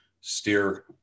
steer